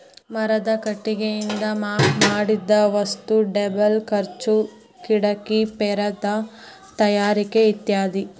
ಮರದ ಕಟಗಿಯಿಂದ ಮಾಡಿದ ವಸ್ತು ಟೇಬಲ್ ಖುರ್ಚೆ ಕಿಡಕಿ ಪೇಪರ ತಯಾರಿಕೆ ಇತ್ಯಾದಿ